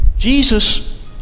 Jesus